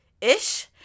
ish